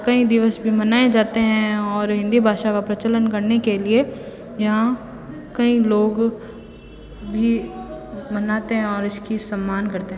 कई दिवस भी मनाए जातें हैं और हिंदी भाषा का प्रचलन करने के लिए यहाँ कई लोग भी मनाते हैं और इस का सम्मान करते हैं